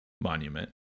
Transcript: Monument